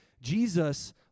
Jesus